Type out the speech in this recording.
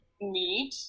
meat